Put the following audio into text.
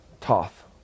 Toth